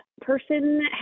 person